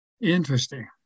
interesting